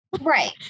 Right